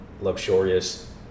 luxurious